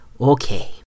okay